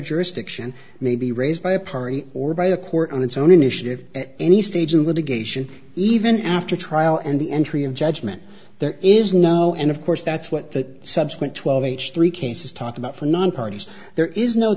jurisdiction may be raised by a party or by a court on its own initiative at any stage in litigation even after trial and the entry of judgment there is no and of course that's what the subsequent twelve h three cases talk about for non parties there is no